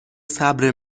صبر